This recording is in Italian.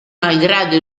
malgrado